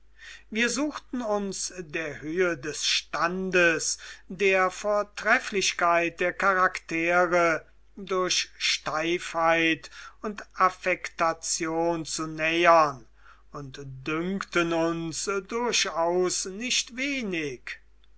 wir suchten uns der höhe des standes der vortrefflichkeit der charaktere durch steifheit und affektation zu nähern und dünkten uns durchaus nicht wenig